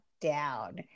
down